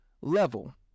level